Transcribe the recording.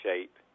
shape